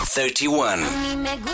Thirty-one